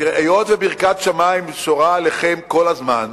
תראה, היות שברכת שמים שורה עליכם כל הזמן,